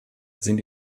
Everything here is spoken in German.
sind